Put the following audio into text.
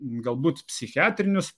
galbūt psichiatrinius